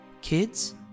Kids